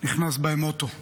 נכנס בהם אוטו.